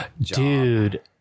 Dude